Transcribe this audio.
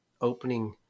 opening